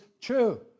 true